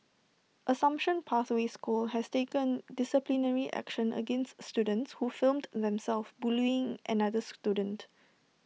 assumption pathway school has taken disciplinary action against students who filmed themselves bullying another student